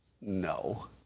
No